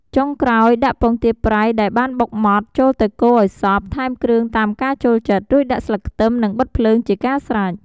ចុងក្រោយ ដាក់ពងទាប្រៃដែលបានបុកម៉ដ្ឋ ចូលទៅកូរឱ្យសព្វ ថែមគ្រឿងតាមការចូលចិត្ត រួចដាក់ស្លឹកខ្ទឹម និងបិទភ្លើងជាការស្រេច។